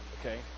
okay